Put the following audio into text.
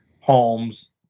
homes